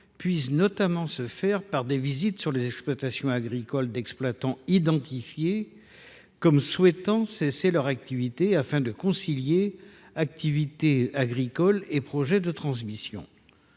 puisse notamment « se faire par des visites sur les exploitations agricoles d’exploitants identifiés comme souhaitant cesser leur activité, après accord de ces derniers, afin de concilier activités agricoles et projets de transmission